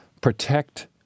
Protect